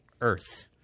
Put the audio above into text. Earth